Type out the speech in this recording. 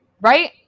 Right